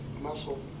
muscle